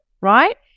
right